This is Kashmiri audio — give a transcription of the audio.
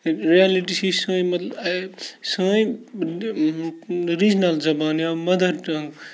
رِیَلٹی چھِ یہِ سٲنۍ مطلب سٲنۍ ریٖجنَل زَبان یا مَدَر ٹَنٛگ